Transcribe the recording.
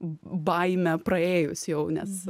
baimę praėjus jau nes